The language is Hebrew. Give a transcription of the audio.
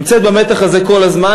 נמצאת במתח הזה כל הזמן.